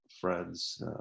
friends